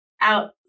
out